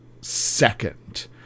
second